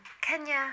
Kenya